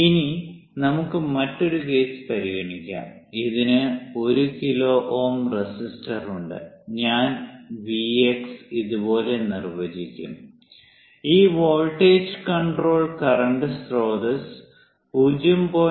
ഇനി നമുക്ക് മറ്റൊരു കേസ് പരിഗണിക്കാം ഇതിന് 1 കിലോ Ω റെസിസ്റ്ററുണ്ട് ഞാൻ Vx ഇതുപോലെ നിർവചിക്കും ഈ വോൾട്ടേജ് കൺട്രോൾ കറന്റ് സ്രോതസ്സ് 0